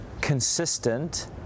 consistent